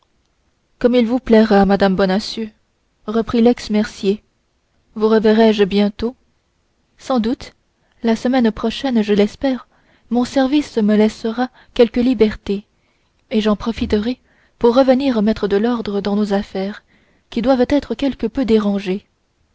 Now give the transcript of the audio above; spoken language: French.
comme il vous plaira madame bonacieux reprit lex mercier vous reverrai-je bientôt sans doute la semaine prochaine je l'espère mon service me laissera quelque liberté et j'en profiterai pour revenir mettre de l'ordre dans nos affaires qui doivent être quelque peu dérangées